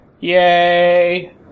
Yay